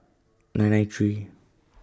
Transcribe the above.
nine nine three